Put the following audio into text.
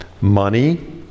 Money